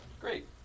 great